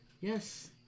Yes